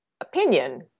opinion